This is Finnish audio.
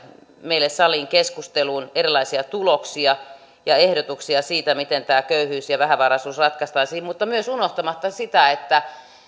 meille saliin keskusteluun erilaisia tuloksia ja ehdotuksia siitä miten tämä köyhyys ja vähävaraisuus ratkaistaisiin mutta myös unohtamatta